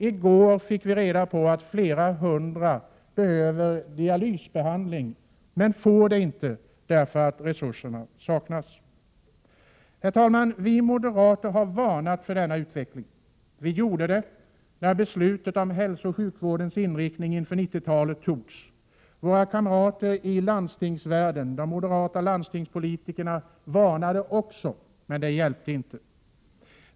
I går fick vi reda på att flera 33 hundra behöver dialysbehandling men inte får det därför att resurserna saknas. Herr talman! Vi moderater har varnat för denna utveckling. Vi gjorde det när beslutet fattades om hälsooch sjukvårdens inriktning under 90-talet. Våra kamrater i landstingsvärlden, de moderata landstingspolitikerna, varnade också men det hjälpte inte.